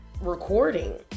recording